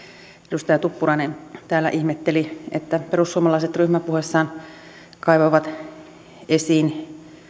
edustaja tuppurainen täällä ihmetteli että perussuomalaiset ryhmäpuheessaan kaivoivat esiin